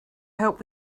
help